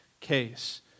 case